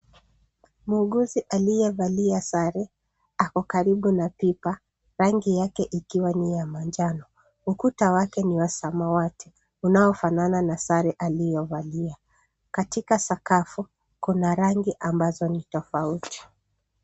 Muuguzi aliye valia sare ako karibu na pipa rangi yake ikiwa ni ya manjano ukuta wake ni wa samawati unao fanana na sare yake yaliyo valia. Katika sakafu kuna rangi ambazo ni tofauti.